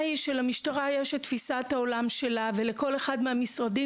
היא שלמשטרה יש את תפישת העולם שלה ולכל אחד מהמשרדים